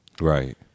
Right